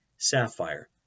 sapphire